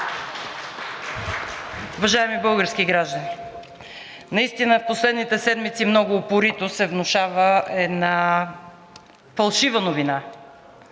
Уважаеми български граждани, наистина в последните седмици много упорито се внушава една фалшива новина,